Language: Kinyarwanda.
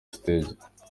stage